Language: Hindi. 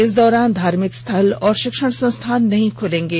इस दौरान धार्मिक स्थल और शिक्षण संस्थान नहीं खुलेंगे